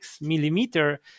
millimeter